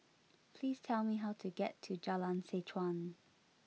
please tell me how to get to Jalan Seh Chuan